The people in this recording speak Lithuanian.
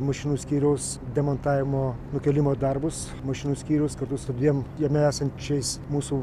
mašinų skyriaus demontavimo nukėlimo darbus mašinų skyrius kartu su dviem jame esančiais mūsų